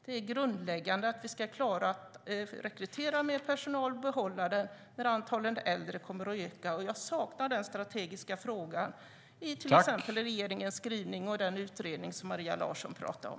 Det är grundläggande att klara av att rekrytera mer personal och behålla den när antalet äldre ökar. Jag saknar den strategiska frågan i till exempel regeringens skrivning och i den utredning som Maria Larsson pratar om.